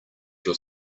your